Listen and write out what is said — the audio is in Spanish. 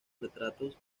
retratos